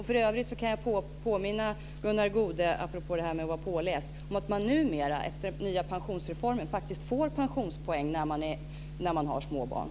För övrigt kan jag påminna Gunnar Goude, apropå detta med att vara påläst, att man numera efter den nya pensionsreformen faktiskt får pensionspoäng när man har små barn.